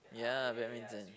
ya badminton